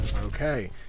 Okay